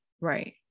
right